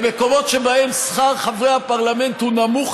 במקומות שבהם שכר חברי הפרלמנט נמוך